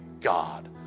God